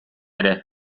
ere